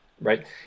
Right